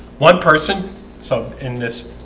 one person so in this